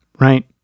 Right